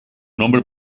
nombre